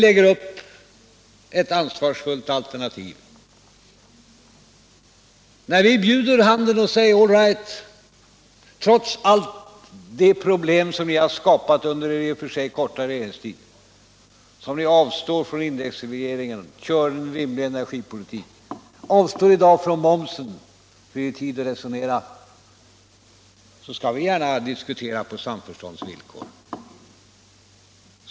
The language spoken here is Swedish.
Vi lägger upp ett ansvarsfullt alternativ och säger: All right, trots alla de problem som ni har skapat under er i och för sig korta regeringstid, avstå från indexregleringen, kör med en rimlig energipolitik, avstå i dag från momshöjningen! Det finns tid att resonera, och vi skall gärna göra det på samförståndets villkor.